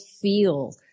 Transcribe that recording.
feel